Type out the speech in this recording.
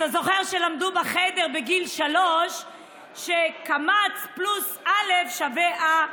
אתה זוכר שלמדו בחדר בגיל שלוש שקמץ פלוס אל"ף שווה אָ.